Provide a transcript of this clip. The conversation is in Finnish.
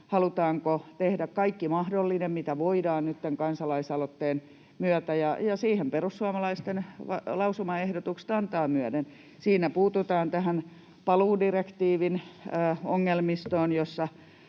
halutaanko tehdä kaikki mahdollinen, mitä voidaan, nyt tämän kansalaisaloitteen myötä. Sille perussuomalaisten lausumaehdotukset antavat myöden. Niissä puututaan tähän paluudirektiivin ongelmistoon: me